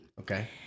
Okay